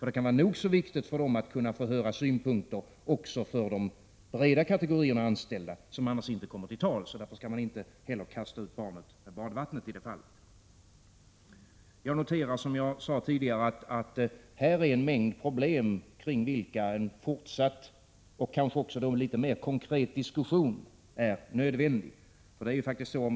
Det kan vara nog så viktigt för dem att höra synpunkter också från den breda kategorin anställda, som annars inte kommer till tals. Därför skall man inte kasta ut barnet med badvattnet i det fallet. Som jag sade tidigare noterar jag att det här finns en mängd problem om vilka en fortsatt och kanske också mera konkret diskussion är nödvändig.